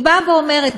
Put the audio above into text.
היא אומרת,